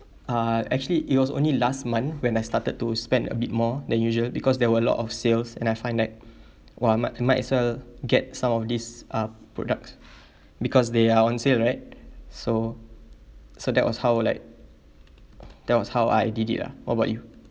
uh actually it was only last month when I started to spend a bit more than usual because there were a lot of sales and I find that !wah! might might as well get some of these uh products because they are on sale right so so that was how like that was how I did it lah what about you